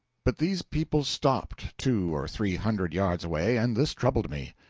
but these people stopped, two or three hundred yards away, and this troubled me.